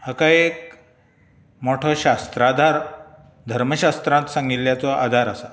हाका एक मोठो शास्रादार धर्मशात्रांत सांगिल्ल्याचो आदार आसा